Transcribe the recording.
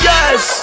Yes